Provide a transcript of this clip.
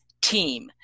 Team